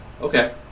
Okay